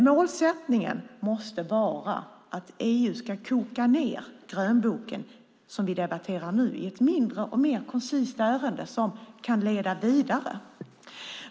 Målsättningen måste vara att EU ska koka ned den grönbok som vi nu debatterar till ett mindre och mer koncist ärende som kan leda vidare.